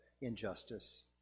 injustice